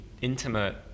intimate